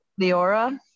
leora